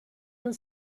non